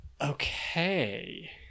Okay